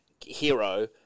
hero